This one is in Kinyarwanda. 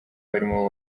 abarimo